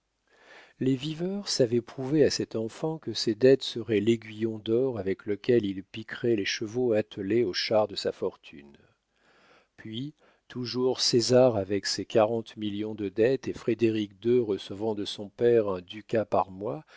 les viveurs savaient prouver à cet enfant que ses dettes seraient l'aiguillon d'or avec lequel il piquerait les chevaux attelés au char de sa fortune puis toujours césar avec ses quarante millions de dettes et frédéric ii recevant de son père un ducat par mois